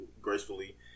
gracefully